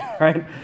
right